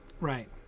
Right